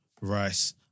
Rice